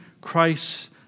Christ